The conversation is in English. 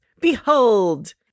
Behold